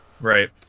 Right